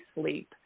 sleep